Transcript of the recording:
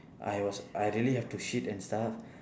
I was I really have to shit and stuff